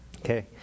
Okay